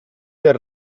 del